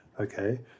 Okay